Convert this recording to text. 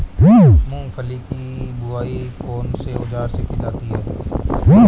मूंगफली की बुआई कौनसे औज़ार से की जाती है?